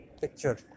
picture